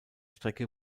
strecke